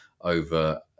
over